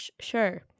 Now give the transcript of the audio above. Sure